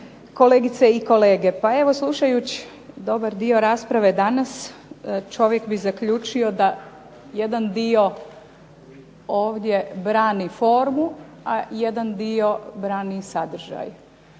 kolegice i kolege. Pa evo slušajući dobar dio rasprave danas čovjek bi zaključio da jedan dio ovdje brani formu, a jedan dio brani sadržaj.